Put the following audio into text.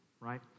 right